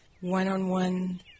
one-on-one